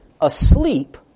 asleep